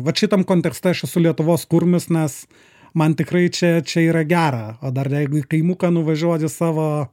vat šitam kontekste aš esu lietuvos kurmisnes man tikrai čia čia yra gera o dar jeigu kaimuką nuvažiuoju savo